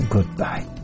Goodbye